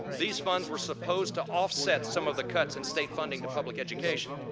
these funds were supposed to offsets some of the cuts in state funding to public education.